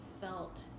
felt